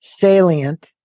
salient